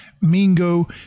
Mingo